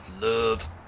love